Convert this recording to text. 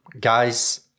guys